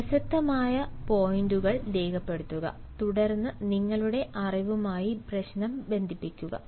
പ്രസക്തമായ പോയിന്റുകൾ രേഖപ്പെടുത്തുക തുടർന്ന് നിങ്ങളുടെ അറിവുമായി പ്രശ്നം ബന്ധിപ്പിക്കുക